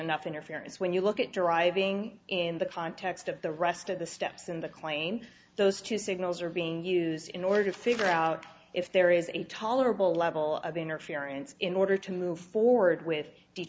enough interference when you look at driving in the context of the rest of the steps in the claim those two signals are being used in order to figure out if there is a tolerable level of interference in order to move forward with